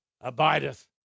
abideth